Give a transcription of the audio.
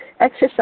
Exercise